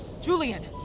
Julian